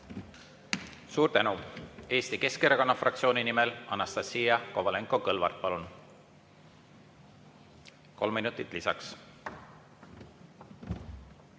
Suur tänu! Eesti Keskerakonna fraktsiooni nimel Anastassia Kovalenko-Kõlvart, palun! Kolm minutit lisaks.